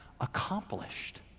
accomplished